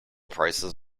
prices